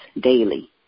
daily